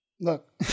look